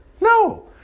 No